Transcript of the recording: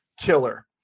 killer